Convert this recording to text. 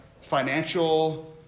financial